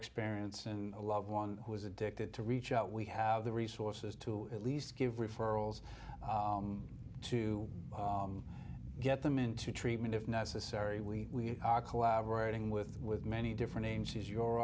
experiencing a loved one who is addicted to reach out we have the resources to at least give referrals to get them into treatment if necessary we are collaborating with with many different names your